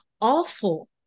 awful